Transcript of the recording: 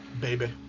Baby